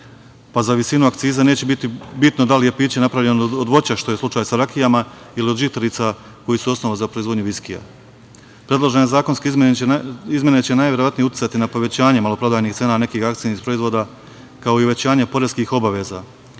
pa za visinu akciza neće biti bitno da li je piće napravljeno od voća, što je slučaj sa rakijama, ili od žitarica, koje su osnova za proizvodnju viskija. Predložene zakonske izmene će najverovatnije uticati na povećanje maloprodajnih cena nekih akcioznih proizvoda kao i uvećanje poreskih obaveza,